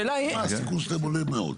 אם אתה מתמודד לבד